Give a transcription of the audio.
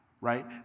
right